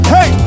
Hey